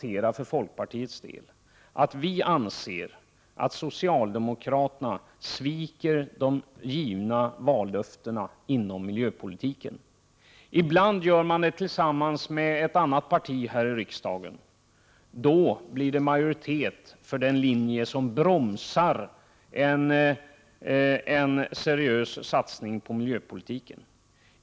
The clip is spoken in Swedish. Vi i folkpartiet anser att socialdemokraterna inom miljöpolitiken sviker de givna vallöftena. Ibland gör man det tillsammans med ett annat parti här i riksdagen, och det blir då majoritet för den linje som bromsar en seriös satsning på miljöpolitiken.